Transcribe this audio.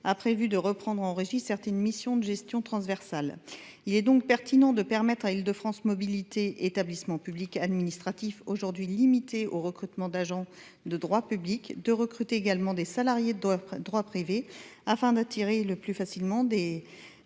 a prévu de reprendre en régie certaines missions de gestion transversale. Il est donc pertinent de permettre à Île de France Mobilités, établissement public administratif limité au recrutement d’agents de droit public, de recruter également des salariés de droit privé afin d’attirer plus facilement des